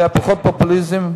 זה היה פחות פופוליזם,